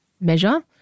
measure